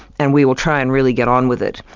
and we will try and really get on with it.